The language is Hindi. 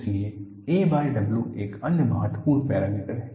इसलिए a W एक अन्य महत्वपूर्ण पैरामीटर है